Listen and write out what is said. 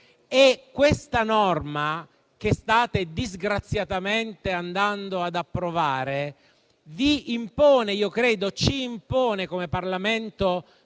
La norma che state disgraziatamente andando ad approvare vi impone e ci impone, come Parlamento